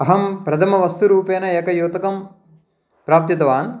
अहं प्रथमं वस्तुरूपेण एकं युतकं प्रापितवान्